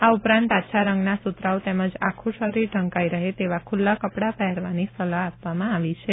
આ ઉપરાંત આછા રંગનાં સુતરાઉ તેમજ આખું શરીર ઢંકાઇ રહે તેવા ખુલ્લાં કપડાં પહેરવાની સલાહ આપવામાં આવી છે